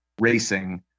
Racing